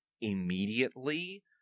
Immediately